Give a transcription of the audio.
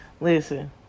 Listen